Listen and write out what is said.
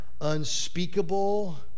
unspeakable